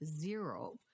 zero